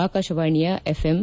ಆಕಾಶವಾಣಿಯ ಎಫ್ಎಂ